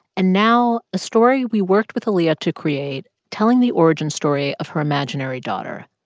and now a story we worked with aaliyah to create telling the origin story of her imaginary daughter.